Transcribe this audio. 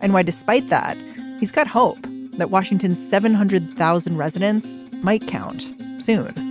and why despite that he's got hope that washington's seven hundred thousand residents might count soon.